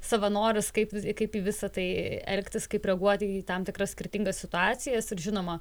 savanorius kaip kaip į visą tai elgtis kaip reaguoti į tam tikras skirtingas situacijas ir žinoma